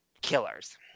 killers